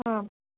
ആ